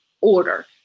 order